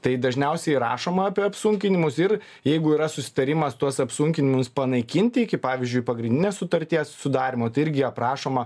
tai dažniausiai rašoma apie apsunkinimus ir jeigu yra susitarimas tuos apsunkinimus panaikinti iki pavyzdžiui pagrindinės sutarties sudarymo tai irgi aprašoma